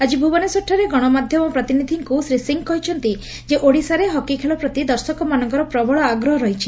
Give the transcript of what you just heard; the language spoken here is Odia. ଆକି ଭୁବନେଶ୍ୱରଠାରେ ଗଶମାଧ୍ଧମ ପ୍ରତିନିଧିମାନଙ୍କୁ ଶ୍ରୀ ସିଂ କହିଛନ୍ତି ଯେ ଓଡ଼ିଶାରେ ହକି ଖେଳ ପ୍ରତି ଦର୍ଶକମାନଙ୍କର ପ୍ରବଳ ଆଗ୍ରହ ରହିଛି